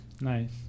Nice